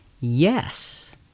Yes